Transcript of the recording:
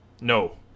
No